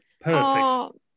perfect